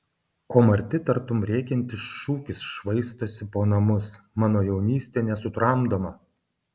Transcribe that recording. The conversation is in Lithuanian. o marti tartum rėkiantis šūkis švaistosi po namus mano jaunystė nesutramdoma